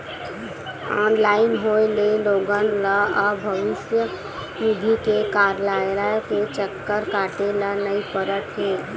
online होए ले लोगन ल अब भविस्य निधि के कारयालय के चक्कर काटे ल नइ परत हे